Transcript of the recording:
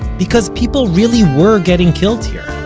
because people really were getting killed here.